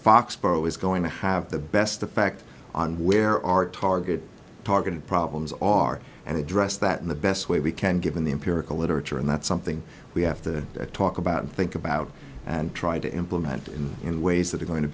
foxborough is going to have the best effect on where our target targeted problems are and address that in the best way we can given the empirical literature and that's something we have to talk about think about and try to implement in ways that are going to